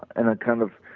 and, i kind of,